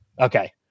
Okay